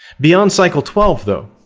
beyond cycle twelve, though,